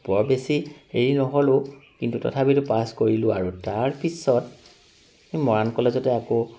বৰ বেছি হেৰি নহ'লো কিন্তু তথাপিতো পাছ কৰিলো আৰু তাৰ পিছত এই মৰাণ কলেজতে আকৌ